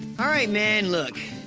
ah man, look.